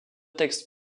textes